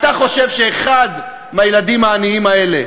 אתה חושב שאחד מהילדים העניים האלה,